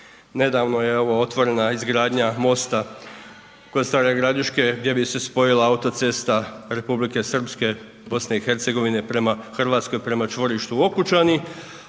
nedavno je evo otvorena izgradnja mosta kod Stare Gradiška gdje bi se spojila autocesta Republike Srpske i BiH, prema RH, prema čvorištu Okučani,